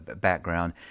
background